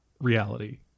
reality